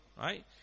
Right